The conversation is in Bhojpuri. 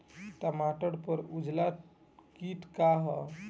टमाटर पर उजला किट का है?